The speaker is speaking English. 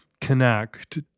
connect